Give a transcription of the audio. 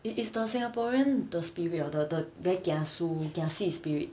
it is the singaporean the spirit of the the very kiasu kiasi spirit